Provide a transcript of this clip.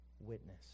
witness